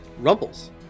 Rumbles